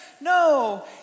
No